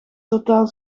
totaal